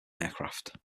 aircraft